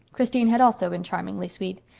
christine had also been charmingly sweet.